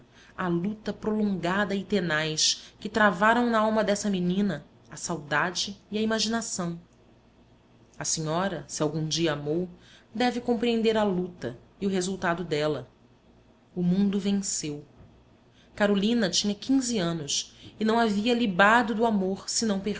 a luta prolongada e tenaz que travaram n'alma dessa menina a saudade e a imaginação a senhora se algum dia amou deve compreender a luta e o resultado dela o mundo venceu carolina tinha anos e não havia libado do amor senão